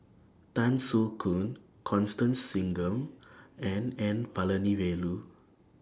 Tan Soo Khoon Constance Singam and N Palanivelu